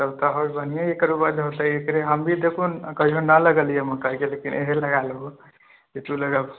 तऽ बढ़िये एकर उपज होतै एकरे हम भी देखू कहियो ने लागेलियै मकइके एहे लगाय लेबै जे तू लगेबहु